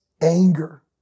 anger